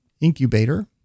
incubator